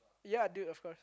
ya dude that's fair